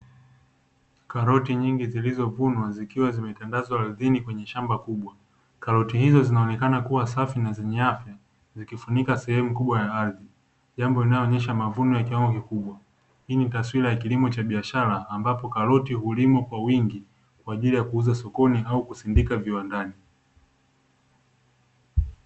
Karoti nyingi zilizovunwa zikiwa zimetandazwa ardhini kwenye shamba kubwa, karoti hizo zinaonekana kuwa safi na zenye afya zikifunika sehemu kubwa ya ardhi, jambo linalonyesha mavuno ya kiwango kikubwa. Hii ni taswira ya kilimo cha biashara ambapo karoti hulimwa kwa wingi kwa ajili ya kuuza sokoni au kusindika viwandani.